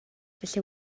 felly